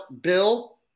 Bill